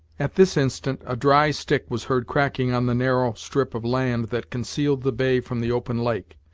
at this instant a dry stick was heard cracking on the narrow strip of land that concealed the bay from the open lake.